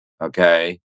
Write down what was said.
Okay